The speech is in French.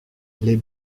les